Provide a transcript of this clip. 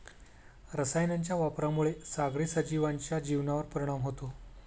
रसायनांच्या वापरामुळे सागरी सजीवांच्या जीवनावर परिणाम होतो